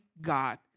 God